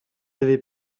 n’avez